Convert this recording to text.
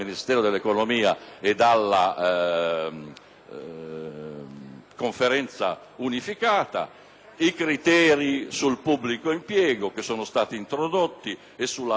Conferenza unificata, così come i criteri sul pubblico impiego che sono stati introdotti e la valutazione dei risultati dell'azione amministrativa